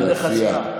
זה דרך הסיעה.